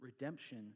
Redemption